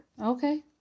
Okay